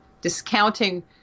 discounting